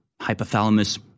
hypothalamus